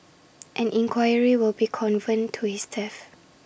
an inquiry will be convened to his death